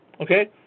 Okay